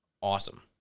Awesome